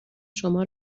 شما